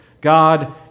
God